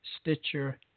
Stitcher